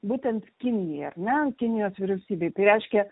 būtent kinijai ar ne kinijos vyriausybei tai reiškia